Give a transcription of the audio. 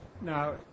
now